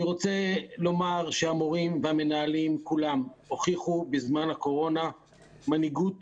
אני רוצה לומר שהמורים והמנהלים כולם הוכיחו בזמן הקורונה מנהיגות